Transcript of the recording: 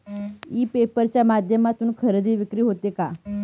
E paper च्या माध्यमातून खरेदी विक्री होते का?